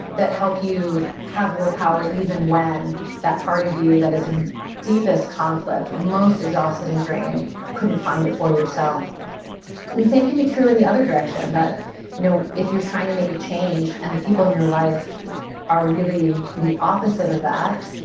that help you have willpower even when that part of you that is in deepest conflict or most exhausted and drained couldn't find it for yourself and the same can be true in the other direction that you know if you're trying to make a change and the people in your life are really the opposite of that,